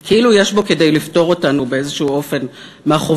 כאילו יש בו כדי לפטור אותנו באיזה אופן מהחובה